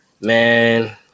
man